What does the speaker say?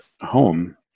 home